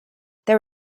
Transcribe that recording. there